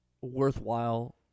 worthwhile